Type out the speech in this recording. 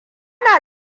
na